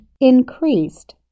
increased